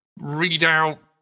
readout